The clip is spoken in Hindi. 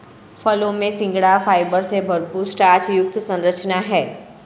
फलों में सिंघाड़ा फाइबर से भरपूर स्टार्च युक्त संरचना है